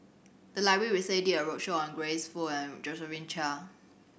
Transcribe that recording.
the library recently did a roadshow on Grace Fu and Josephine Chia